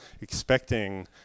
expecting